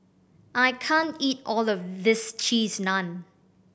I can't eat all of this Cheese Naan